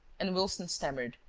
and wilson stammered,